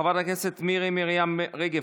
חברת הכנסת מירי מרים רגב,